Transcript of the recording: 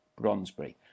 Bronsbury